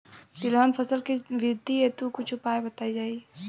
तिलहन फसल के वृद्धी हेतु कुछ उपाय बताई जाई?